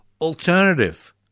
alternative